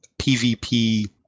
PvP